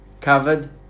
covered